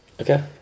Okay